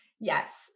Yes